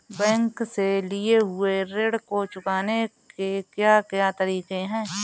Bank से लिए हुए ऋण को चुकाने के क्या क्या तरीके हैं?